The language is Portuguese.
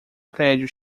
prédio